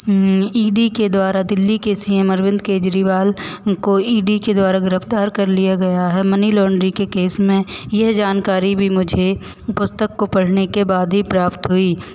ई D के द्वारा दिल्ली के सी एम अरविंद केजरीवाल को ई डी के द्वारा गिरफ़्तार कर लिया गया है मनी लांड्री के केस में यह जानकारी भी मुझे पुस्तक को पढ़ने के बाद ही प्राप्त हुई